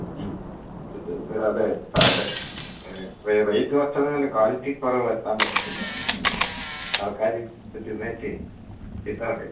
ഉം അതെ അതെ അതെ റേറ്റ് കുറച്ചത് കൊണ്ട് ക്വാളിറ്റി കുറവ് വരുത്താൻ പറ്റത്തില്ല ആൾക്കാർ തിന്നേച്ച് ചീത്ത പറയും